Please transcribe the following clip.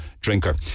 drinker